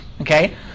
okay